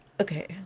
Okay